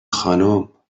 خانم